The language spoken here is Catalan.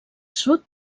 sud